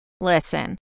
listen